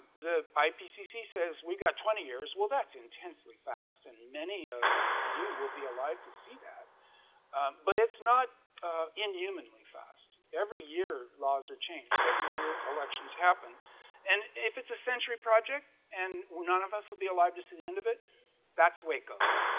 the ipcc says we got twenty years. well, that's intensely fast and many of you will be alive to see that but it's not inhumanly fast every year laws are changed every year elections happen and if it's a century project and none of us will be alive to see the end of it that's waco's.